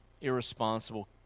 irresponsible